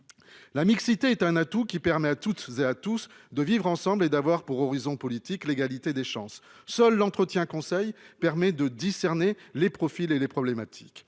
La mixité est un atout qui permet à toutes et à tous de vivre ensemble et d'avoir pour horizon politique, l'égalité des chances. Seule l'entretien conseil permet de discerner les profils et les problématiques